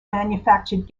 manufactured